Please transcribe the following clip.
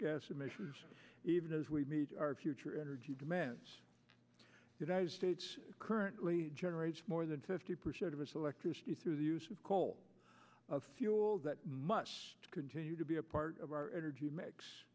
gas emissions even as we meet our future energy demands united states currently generates more than fifty percent of its electricity through the use of coal fuel that much continue to be a part of our energy mix